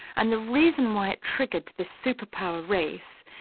and the reason why it triggered the superpower race,